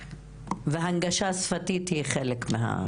--- והנגשה שפתית היא חלק מזה.